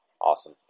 Awesome